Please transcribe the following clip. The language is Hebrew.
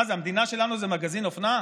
מה זה, המדינה שלנו זה מגזין אופנה?